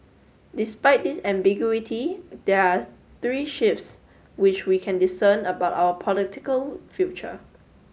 despite this ambiguity there are three shifts which we can discern about our political future